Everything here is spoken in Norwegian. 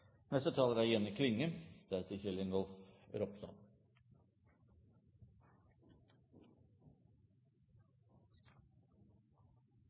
Neste taler er Kjell Ingolf Ropstad,